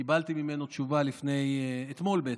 קיבלתי ממנו תשובה, אתמול בעצם,